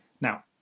Now